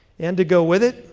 and to go with it,